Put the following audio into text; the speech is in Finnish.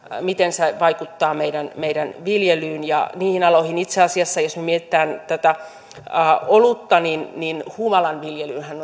miten se vaikuttaa meidän meidän viljelyyn ja niihin aloihin itse asiassa jos me mietimme tätä olutta niin niin humalan viljelyhän